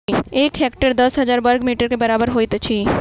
एक हेक्टेयर दस हजार बर्ग मीटर के बराबर होइत अछि